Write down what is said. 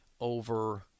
over